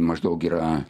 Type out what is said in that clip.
maždaug yra